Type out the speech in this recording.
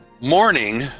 morning